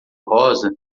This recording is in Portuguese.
rosa